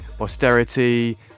austerity